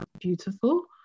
beautiful